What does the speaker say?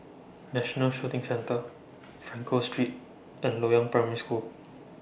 National Shooting Centre Frankel Street and Loyang Primary School